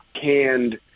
canned